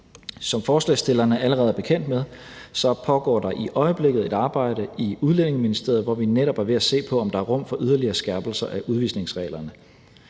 Som forslagsstillerne allerede er bekendt med, pågår der i øjeblikket et arbejde i Udlændinge- og Integrationsministeriet, hvor vi netop er ved at se på, om der er rum for yderligere skærpelser af udvisningsreglerne.